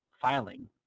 filing